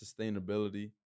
sustainability